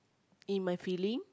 in my feeling